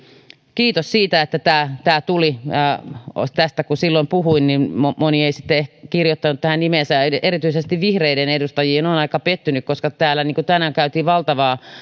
kiitos siitä että tämä tämä tuli kun silloin puhuin tästä niin moni moni ei sitten kirjoittanut tähän nimeään erityisesti vihreiden edustajiin olen aika pettynyt koska täällä tänään käytiin valtavaa